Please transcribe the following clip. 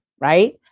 right